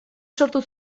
sortu